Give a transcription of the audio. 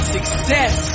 Success